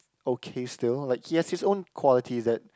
okay still like he has his own qualities that